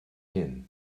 hyn